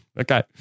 Okay